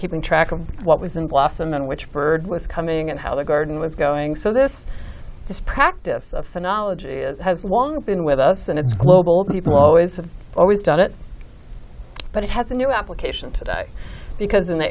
keeping track of what was in blossom and which bird was coming and how the garden was going so this this practice of phonology has long been with us and it's global people always have always done it but it has a new application today because in th